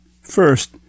first